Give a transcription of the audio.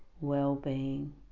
well-being